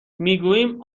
میگوییم